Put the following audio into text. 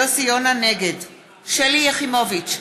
נגד שלי יחימוביץ,